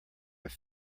have